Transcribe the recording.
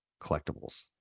collectibles